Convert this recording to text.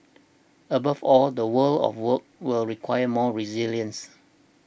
above all the world of work will require more resilience